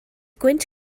gwynt